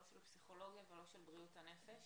לא של פסיכולוגיה ולא של בריאות הנפש?